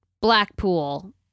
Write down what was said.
Blackpool